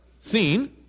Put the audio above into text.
seen